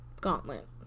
gauntlet